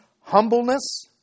humbleness